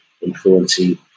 influencing